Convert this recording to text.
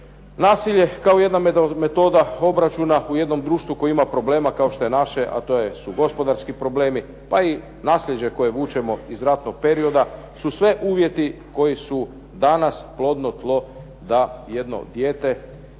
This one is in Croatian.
nasilje kao jedna metoda obračuna u jednom društvu koje ima problema kao što je naše, a to su gospodarski problemi, pa i naslijeđe koje vučemo iz ratnog perioda su sve uvjeti koji su plodno tlo da jedno dijete